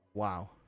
Wow